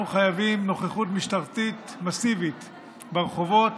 אנחנו חייבים נוכחות משטרתית מסיבית ברחובות,